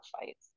fights